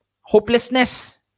hopelessness